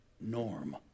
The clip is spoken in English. norm